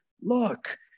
Look